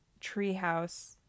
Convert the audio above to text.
treehouse